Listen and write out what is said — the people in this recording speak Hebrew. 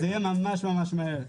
זה יהיה ממש ממש מהר.